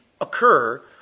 occur